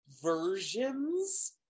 versions